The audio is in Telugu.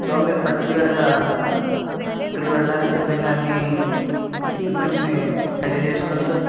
సో మీరు పర్టిక్యులర్గా అక్కడికి వెళ్ళడానికి సిద్ధంగా అన్నీ ఎక్విప్మెంట్స్ని రెడీ చేసుకోండి సార్